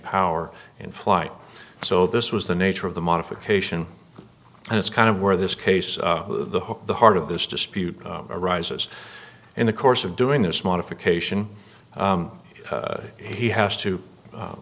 power in flight so this was the nature of the modification and it's kind of where this case the hook the heart of this dispute arises in the course of doing this modification he has to